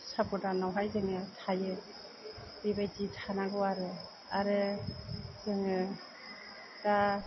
साब'दानावहाय जोङो थायो बेबायदि थानांगौ आरो आरो जोङो दा